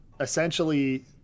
essentially